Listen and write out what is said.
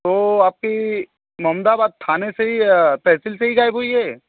तो आपकी मोमड़ाबाद थाने से ही तेहसील से ही गायब हुई है